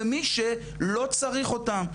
למי שלא צריך אותם.